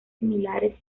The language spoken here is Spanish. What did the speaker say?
similares